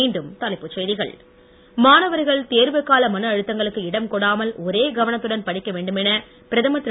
மீண்டும் தலைப்புச் செய்திகள் மாணவர்கள் தேர்வுக் கால மன அழுத்தங்களுக்கு இடம் கொடாமல் ஒரே கவனத்துடன் படிக்க வேண்டுமென பிரதமர் திரு